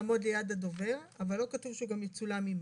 אבל לא כתוב שהוא גם יצולם עמו.